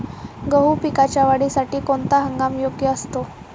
गहू पिकाच्या वाढीसाठी कोणता हंगाम योग्य असतो?